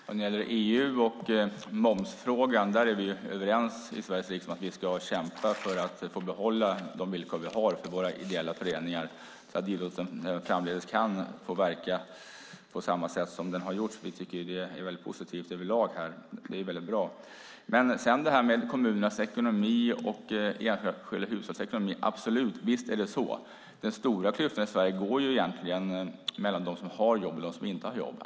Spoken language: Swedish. Fru talman! När det gäller EU och momsfrågan är vi i Sveriges riksdag överens om att vi ska kämpa för att få behålla de villkor vi har för våra ideella föreningar, så att idrotten framdeles kan få verka som den har gjort. Vi tycker ju överlag att detta är positivt, och det är väldigt bra. När det gäller det som Torbjörn Björlund tar upp om kommunernas ekonomi och enskilda hushålls ekonomi håller jag med. Den stora klyftan i Sverige går egentligen mellan dem som har jobb och dem som inte har det.